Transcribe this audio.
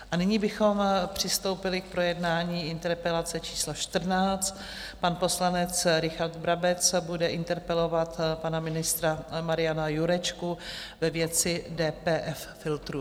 A nyní bychom přistoupili k projednání interpelace číslo 14 pan poslanec Richard Brabec bude interpelovat pana ministra Mariana Jurečku ve věci DPF filtru.